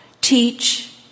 teach